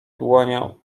dłonią